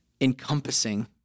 encompassing